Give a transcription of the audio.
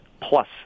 plus